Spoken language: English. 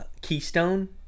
Keystone